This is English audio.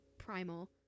primal